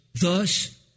Thus